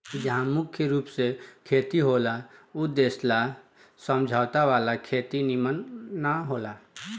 जहा मुख्य रूप से खेती होला ऊ देश ला समझौता वाला खेती निमन न होला